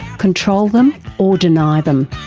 control them, or deny them.